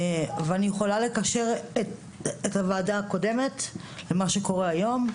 ואני יכולה לקשר את הוועדה הקודמת למה שקורה היום,